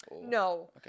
No